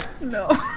No